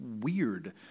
weird